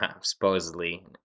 supposedly